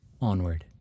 Onward